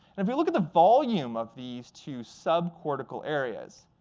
and if we look at the volume of these two subcortical areas,